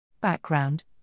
Background